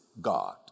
God